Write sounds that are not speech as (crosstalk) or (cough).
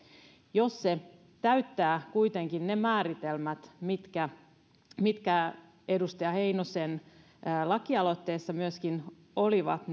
jos se täyttää kuitenkin ne määritelmät mitkä mitkä edustaja heinosen lakialoitteessa myöskin olivat (unintelligible)